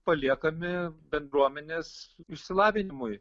paliekami bendruomenės išsilavinimui